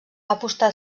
apostat